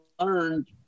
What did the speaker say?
learned